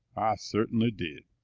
ah cert'nly did!